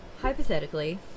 hypothetically